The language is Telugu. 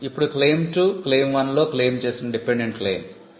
ఇప్పుడు క్లెయిమ్ 2 క్లెయిమ్ 1 లో క్లెయిమ్ చేసిన డిపెండెంట్ క్లెయిమ్